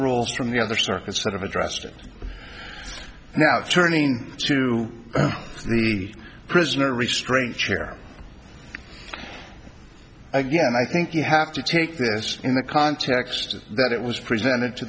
rules from the other circuit sort of addressed it now turning to the prisoner restraint chair again i think you have to take this in the context of that it was presented to